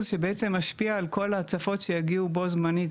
שבעצם משפיע על כל ההצפות שיגיעו בו זמנית,